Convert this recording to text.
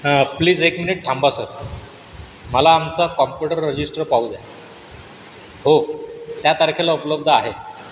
हं प्लीज एक मिनिट थांबा सर मला आमचा कॉम्प्युटर रजिस्टर पाहू द्या हो त्या तारखेला उपलब्ध आहे